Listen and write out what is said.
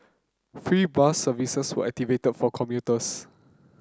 free bus services were activated for commuters